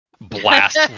Blast